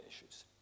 issues